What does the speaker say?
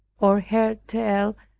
or heard tell,